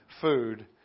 food